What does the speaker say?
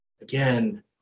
Again